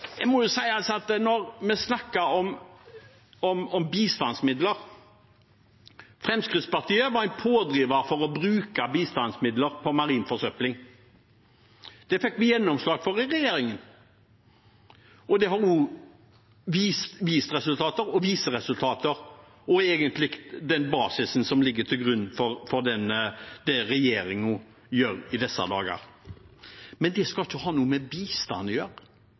når vi snakker om bistandsmidler: Fremskrittspartiet var en pådriver for å bruke bistandsmidler på marin forsøpling. Det fikk vi gjennomslag for i regjering, og det har også vist resultater – og viser resultater – og er egentlig den basisen som ligger til grunn for det regjeringen gjør i disse dager. Men det skal ikke ha noe med bistand